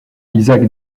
isaac